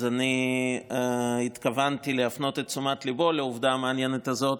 אז התכוונתי להפנות את תשומת ליבו לעובדה המעניינת הזאת,